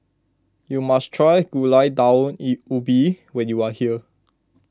you must try Gulai Daun E Ubi when you are here